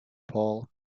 paul